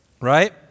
right